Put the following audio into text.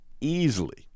easily